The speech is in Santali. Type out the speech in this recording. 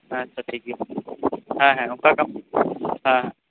ᱦᱮᱸ ᱟᱪᱪᱷᱟ ᱴᱷᱤᱠ ᱜᱮᱭᱟ ᱦᱮᱸ ᱦᱮᱸ ᱚᱠᱟ ᱠᱟ ᱢᱤ ᱦᱮᱸ